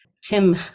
Tim